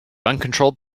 uncontrolled